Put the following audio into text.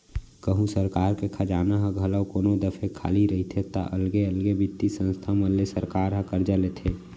कहूँ सरकार के खजाना ह घलौ कोनो दफे खाली रहिथे ता अलगे अलगे बित्तीय संस्था मन ले सरकार ह करजा लेथे